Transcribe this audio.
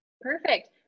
perfect